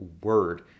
word